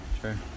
Sure